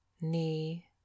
knee